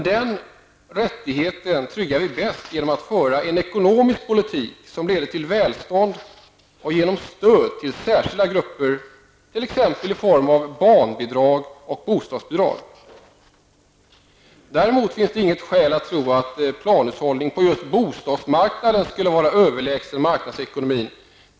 Den rättigheten tryggar vi bäst genom att föra en ekonomisk politik som leder till välstånd och genom stöd till särskilda grupper, t.ex. i form av barnbidrag och bostadsbidrag. Däremot finns det inget skäl att tro att planhushållning på just bostadsmarknaden skulle vara överlägsen marknadsekonomin.